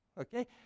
Okay